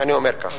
אני אומר ככה.